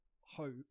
hope